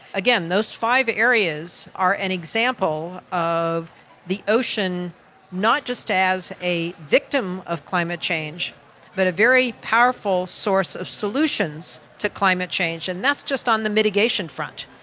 again, those five areas are an example of the ocean not just as a victim of climate change but a very powerful source of solutions to climate change, and that's just on the mitigation front.